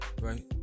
Right